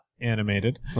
animated